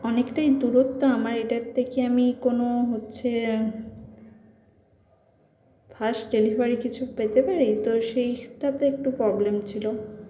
অনেকটাই দূরত্ব আমার এটাতে কি আমি কোনো হচ্ছে ফাস্ট ডেলিভারি কিছু পেতে পারি তো সেইটাতে একটু প্রবলেম ছিল